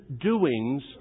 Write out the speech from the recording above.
doings